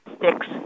Six